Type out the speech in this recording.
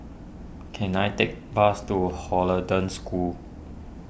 can I take a bus to Hollandse School